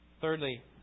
Thirdly